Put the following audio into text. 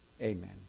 Amen